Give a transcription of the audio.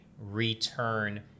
return